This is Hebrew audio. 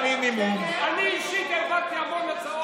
אני אישית העברתי המון הצעות,